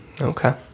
Okay